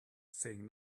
saying